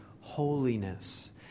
holiness